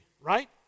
right